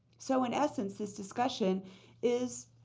so in essence, this discussion is